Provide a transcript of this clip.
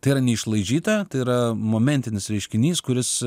tai yra neišlaižyta tai yra momentinis reiškinys kuris